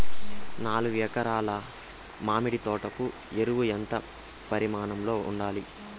నాలుగు ఎకరా ల మామిడి తోట కు ఎరువులు ఎంత పరిమాణం లో ఉండాలి?